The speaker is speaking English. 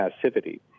passivity